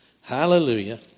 Hallelujah